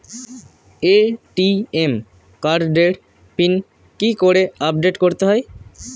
ATM কার্ডের PIN কি করে আপডেট করতে হয়?